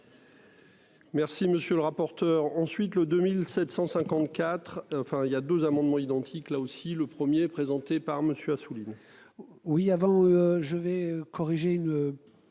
Merci monsieur le rapporteur. Ensuite le 2754 enfin il y a 2 amendements identiques, là aussi le 1er présenté par monsieur Assouline.